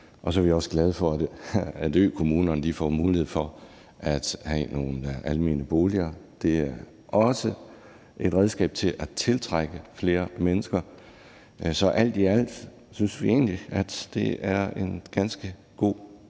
Så er vi også glade for, at økommunerne får en mulighed for at have nogle almene boliger. Det er også et redskab til at tiltrække flere mennesker. Så alt i alt synes vi egentlig at det er en ganske god